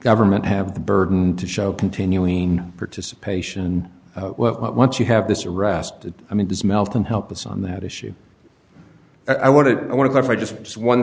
government have the burden to show continuing participation once you have this arrested i mean does melton help us on that issue i want to i want to for just one